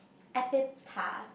epitaph